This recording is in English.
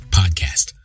podcast